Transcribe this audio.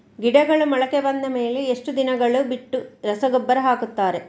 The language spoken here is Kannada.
ಗಿಡಗಳು ಮೊಳಕೆ ಬಂದ ಮೇಲೆ ಎಷ್ಟು ದಿನಗಳು ಬಿಟ್ಟು ರಸಗೊಬ್ಬರ ಹಾಕುತ್ತಾರೆ?